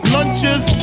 Lunches